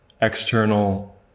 external